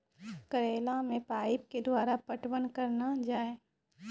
करेला मे पाइप के द्वारा पटवन करना जाए?